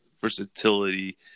versatility